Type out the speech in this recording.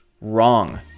Wrong